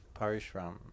Parishram